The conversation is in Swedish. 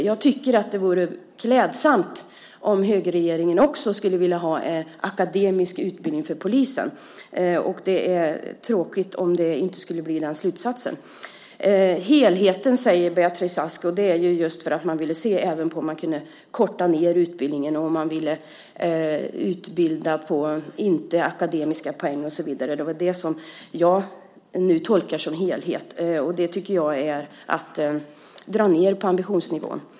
Jag tycker att det vore klädsamt om också högerregeringen skulle vilja ha en akademisk utbildning för polisen. Det är tråkigt om man inte kommer fram till den slutsatsen. Beatrice Ask talar om helheten, och det är just för att man även vill se om man kan korta ned utbildningen och att den inte ska ge akademiska poäng. Det är det som jag nu tolkar som helhet. Det tycker jag vore att dra ned på ambitionsnivån.